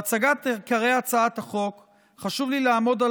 בהצגת עיקרי הצעת החוק חשוב לי לעמוד על